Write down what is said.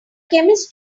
chemist